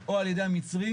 או ע"י המצרים,